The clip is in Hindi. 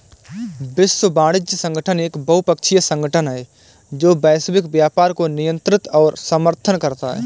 विश्व वाणिज्य संगठन एक बहुपक्षीय संगठन है जो वैश्विक व्यापार को नियंत्रित और समर्थन करता है